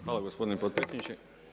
Hvala gospodine potpredsjedniče.